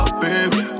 baby